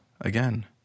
again